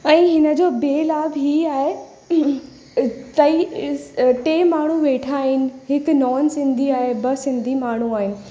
ऐं हिन जो ॿिए लाभ ई आहे टई टे माण्हू वेठा आहिनि हिकु नॉन सिंधी आहे ॿ सिंधी माण्हू आहिनि